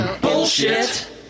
Bullshit